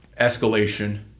escalation